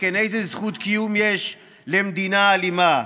שכן איזו זכות קיום יש למדינה אלימה?